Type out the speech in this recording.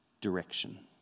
direction